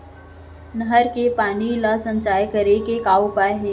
नहर के पानी ला संचय करे के का उपाय हे?